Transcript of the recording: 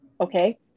okay